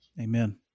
Amen